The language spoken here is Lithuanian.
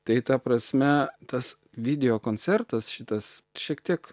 tai ta prasme tas video koncertas šitas šiek tiek